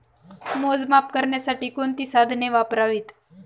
मोजमाप करण्यासाठी कोणती साधने वापरावीत?